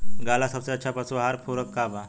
गाय ला सबसे अच्छा पशु आहार पूरक का बा?